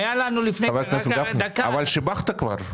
כבר שיבחת.